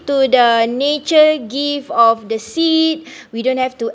to the nature give of the seed we don't have to